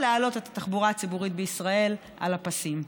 להעלות את התחבורה הציבורית בישראל על הפסים.